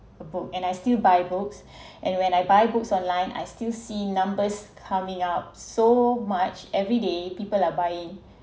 a book and I still buy books and when I buy books online I still see numbers coming up so much everyday people are buying